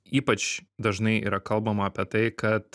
ypač dažnai yra kalbama apie tai kad